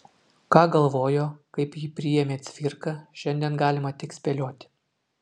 ką galvojo kaip jį priėmė cvirka šiandien galima tik spėlioti